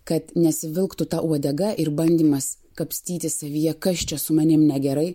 kad nesivilktų ta uodega ir bandymas kapstytis savyje kas čia su manim negerai